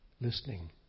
listening